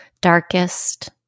darkest